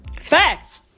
Facts